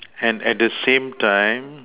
and at the same time